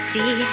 See